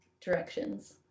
directions